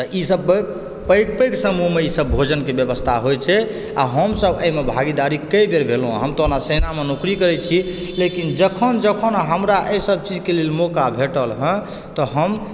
तऽ ई सब पैघ पैघ समूहमे ई सब भोजनके व्यवस्था होइ छै आ हमसभ एहिमे भागीदारी कए बेर भेलौ हँ हम तऽओना सेनामे नौकरी करै छी लेकिन जखन जखन हमरा एहि सब चीज लए मौका भेटल हँ तऽ हम